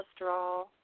cholesterol